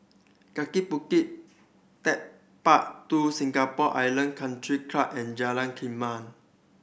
Kaki Bukit Techpark Two Singapore Island Country Club and Jalan Kumia